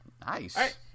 Nice